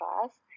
class